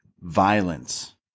violence